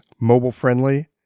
mobile-friendly